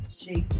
shapes